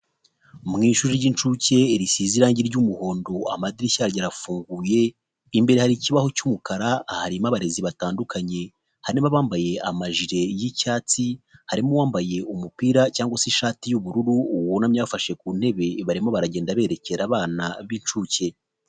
Mu ishuri ry'incuke risize irangi ry'umuhondo amadirishya yaryo arafunguye, imbere hari ikibaho cy'umukara harimo abarezi batandukanye, harimo abambaye amajire y'icyatsi, harimo uwambaye umupira cyangwa se ishati y'ubururu wunamye yafashe ku ntebe barimo baragenda begera abana b'incuke.